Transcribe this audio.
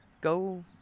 go